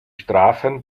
strafen